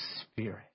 spirit